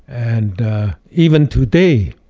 and even today,